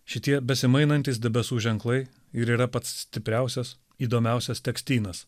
šitie besimainantys debesų ženklai ir yra pats stipriausias įdomiausias tekstynas